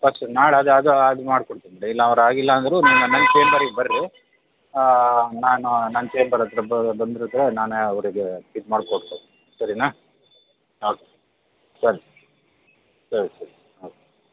first ನಾಳೆ ಅದು ಅದು ಮಾಡಿ ಕೊಡ್ತೀನಿ ಇಲ್ಲ ಅವರು ಆಗಿಲ್ಲ ಅಂದರೂ ನನ್ನ ಚೇಂಬರಿಗೆ ಬರ್ರಿ ನಾನು ನನ್ನ ಚೇಂಬರ್ ಹತ್ತಿರ ಬಂದ್ರ್ ದ್ರೆ ನಾನೇ ಅವರಿಗೆ ಇದು ಮಾಡ್ಕೊಡ್ತೀನಿ ಸರೀನಾ ಓಕೆ ಸರಿ ಸರಿ ಸರಿ ಓಕೆ